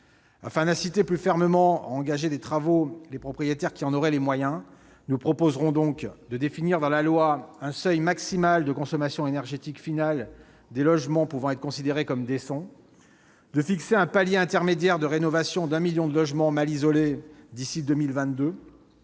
Afin d'inciter plus fermement les propriétaires qui en ont les moyens à engager des travaux, nous proposerons de définir dans la loi un seuil maximal de consommation énergétique finale des logements pouvant être considérés comme décents et de fixer un palier intermédiaire de rénovation de 1 million de logements mal isolés d'ici à 2022,